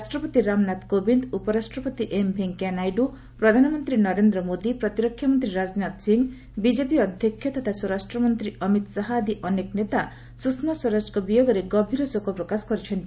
ରାଷ୍ଟ୍ରପତି ରାମନାଥ କୋବିନ୍ଦ ଉପରାଷ୍ଟ୍ରପତି ଏମ୍ ଭେଙ୍କୟାନାଇଡୁ ପ୍ରଧାନମନ୍ତ୍ରୀ ନରେନ୍ଦ୍ର ମୋଦି ପ୍ରତିରକ୍ଷା ମନ୍ତ୍ରୀ ରାଜନାଥ ସିଂ ବିଜେପି ଅଧ୍ୟକ୍ଷ ତଥା ସ୍ୱରାଷ୍ଟ୍ରମନ୍ତ୍ରୀ ଅମିତ ଶାହା ଆଦି ଅନେକ ନେତା ସୁଷମା ସ୍ୱରାଜଙ୍କ ବିୟୋଗରେ ଗଭୀର ଶୋକ ପ୍ରକାଶ କରିଛନ୍ତି